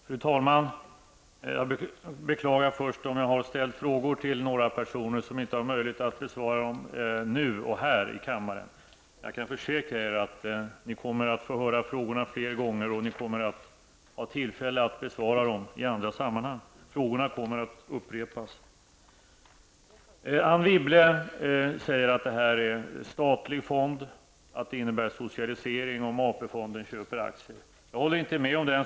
Fru talman! Jag beklagar om jag har ställt frågor till några personer som inte har möjlighet att här och nu besvara dem. Jag kan dock försäkra er att ni kommer att få höra frågorna fler gånger och få tillfälle att besvara dem i andra sammanhang. Frågorna kommer alltså att upprepas. Anne Wibble säger att det här är en statlig fond som innebär socialisering om AP-fonden köper aktier. Jag kan inte hålla med om det.